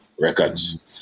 Records